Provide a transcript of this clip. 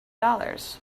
dollars